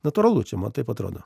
natūralu čia man taip atrodo